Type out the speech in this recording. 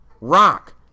Rock